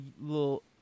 little